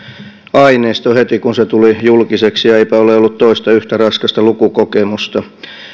aineiston heti kun se tuli julkiseksi ja eipä ole ollut toista yhtä raskasta lukukokemusta